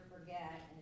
forget